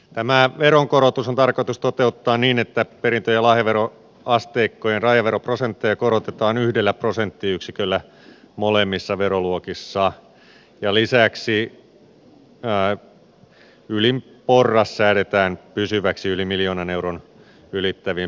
tämä veronkorotus on tarkoitus toteuttaa niin että perintö ja lahjaveroasteikkojen rajaveroprosentteja korotetaan yhdellä prosenttiyksiköllä molemmissa veroluokissa ja lisäksi ylin porras säädetään pysyväksi yli miljoonan euron ylittäviin perintöosuuksiin